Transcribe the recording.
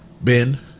ben